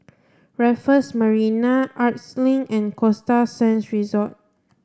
Raffles Marina Arts Link and Costa Sands Resort